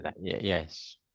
Yes